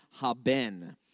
HaBen